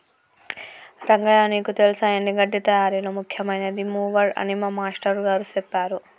రంగయ్య నీకు తెల్సా ఎండి గడ్డి తయారీలో ముఖ్యమైనది మూవర్ అని మా మాష్టారు గారు సెప్పారు